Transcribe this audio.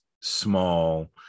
small